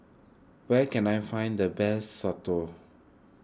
where can I find the best Soto